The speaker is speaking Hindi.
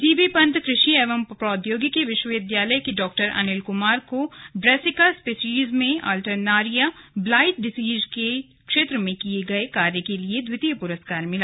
जीबी पंत कृषि एवं प्रौद्योगिकी विश्वविद्यालय के डॉ अनिल कुमार को ब्रैसिका स्पेसीज में अल्टरनारिया ब्लाइट डिजीज के क्षेत्र में किये गये कार्य के लिए द्वितीय पुरस्कार मिला